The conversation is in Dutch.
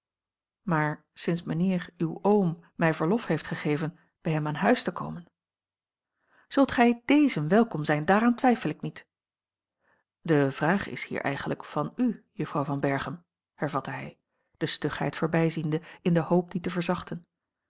maar sinds mijnheer uw oom mij verlof heeft gegeven bij hem aan huis te komen zult gij dezen welkom zijn daaraan twijfel ik niet de vraag is hier eigenlijk van u juffrouw van berchem hervatte hij de stugheid voorbijziende in de hoop die te verzachten